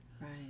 Right